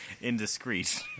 indiscreet